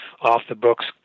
off-the-books